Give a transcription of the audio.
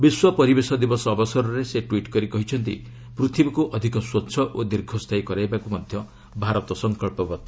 ବିଶ୍ୱ ପରିବେଶ ଦିବସ ଅବସରରେ ସେ ଟ୍ୱିଟ୍ କରି କହିଛନ୍ତି ପୃଥିବୀକୃ ଅଧିକ ସ୍ୱଚ୍ଛ ଓ ଦୀର୍ଘସ୍ଥାୟୀ କରାଇବାକୃ ମଧ୍ୟ ଭାରତ ସଙ୍କଚ୍ଚବଦ୍ଧ